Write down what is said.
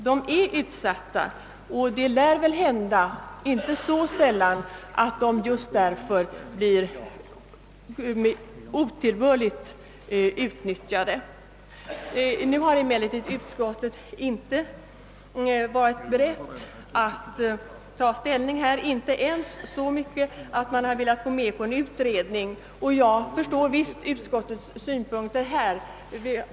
De är utsatta, och det lär väl hända inte så sällan, att de just därför blir otillbörligt utnyttjade. Utskottet har emellertid inte varit berett att ta ställning för motionerna, inte ens så till vida att man har velat gå med på en utredning. Jag förstår mycket väl utskottets synpunkter härvidlag.